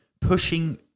pushing